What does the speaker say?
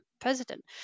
president